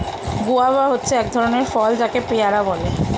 guava হচ্ছে এক ধরণের ফল যাকে পেয়ারা বলে